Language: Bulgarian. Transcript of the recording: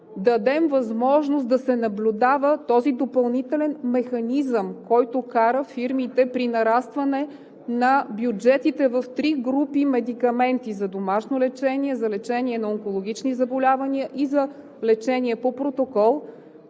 дадем възможност да се наблюдава този допълнителен механизъм, който кара фирмите при нарастване на бюджетите в три групи медикаменти – за домашно лечение, за лечение на онкологични заболявания и за лечение по протокол